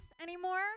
anymore